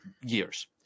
years